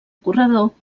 corredor